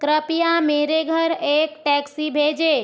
कृपया मेरे घर एक टैक्सी भेजें